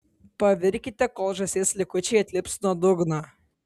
pavirkite kol žąsies likučiai atlips nuo dugno